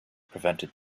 prevented